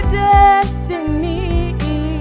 destiny